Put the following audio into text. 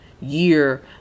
year